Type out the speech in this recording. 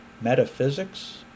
metaphysics